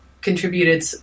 contributed